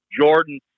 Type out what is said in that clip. Jordan